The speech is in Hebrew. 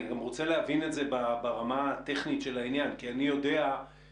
אני גם רוצה להבין את זה ברמה הטכנית של העניין כי אני יודע שאחת